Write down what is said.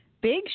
Big